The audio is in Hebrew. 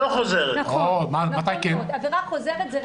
מתי זה עבירה חוזרת?